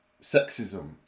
sexism